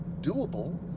doable